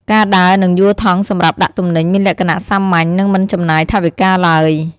ការដើរនិងយួរថង់សម្រាប់ដាក់ទំនិញមានលក្ខណៈសាមញ្ញនិងមិនចំណាយថវិកាឡើយ។